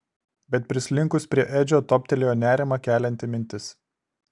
bet prislinkus prie edžio toptelėjo nerimą kelianti mintis